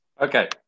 Okay